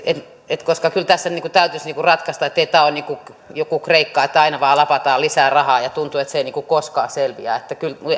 koska kyllä tässä täytyisi ratkaista ettei tämä ole niin kuin joku kreikka että aina vain lapataan lisää rahaa ja tuntuu että se ei koskaan selviä